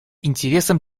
интересам